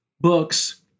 books